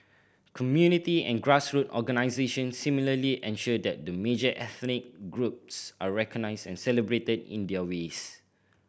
community and grassroot organisations similarly ensure that the major ethnic groups are recognised and celebrated in their ways